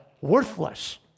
worthless